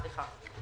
בבקשה.